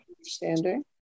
understanding